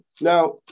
Now